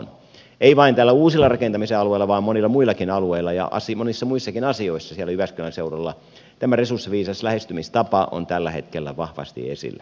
ei vain näillä uusilla rakentamisen alueilla vaan monilla muillakin alueilla ja monissa muissakin asioissa siellä jyväskylän seudulla tämä resurssiviisas lähestymistapa on tällä hetkellä vahvasti esillä